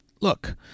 look